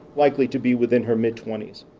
likely to be within her mid-twenties.